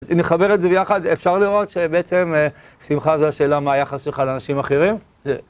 אם נחבר את זה ביחד אפשר לראות שבעצם שמחה זה השאלה מה היחס שלך לאנשים אחרים